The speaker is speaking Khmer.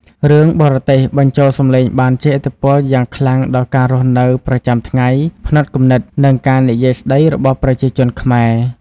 រឿងបរទេសបញ្ចូលសម្លេងបានជះឥទ្ធិពលយ៉ាងខ្លាំងដល់ការរស់នៅប្រចាំថ្ងៃ ផ្នត់គំនិត និងការនិយាយស្តីរបស់ប្រជាជនខ្មែរ។